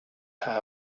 have